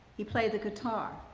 he played the guitar.